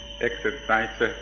exercise